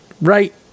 right